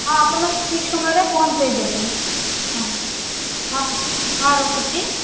ହଁ ଆପଣ ଠିକ ସମୟରେ ପହଞ୍ଚାଇ ଦେବେ ହଁ ହଁ ରଖୁଛି